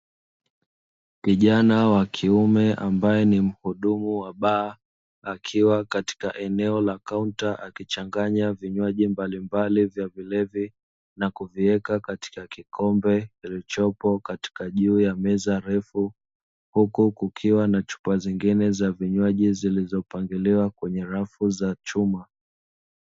Kijana wa kiume ambaye ni muhudumu wa baa akiwa katika eneo la kaunta akichanganya vinywaji mbalimbali vya vilevi na kuviweka katika kikombe kilichopo katika juu ya meza refu, huku kukiwa na chupa zingine za vinywaji zilizopangiliwa kwenye rafu za chuma.